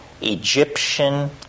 Egyptian